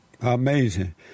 Amazing